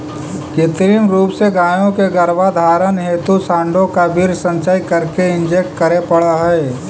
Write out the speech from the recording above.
कृत्रिम रूप से गायों के गर्भधारण हेतु साँडों का वीर्य संचय करके इंजेक्ट करे पड़ हई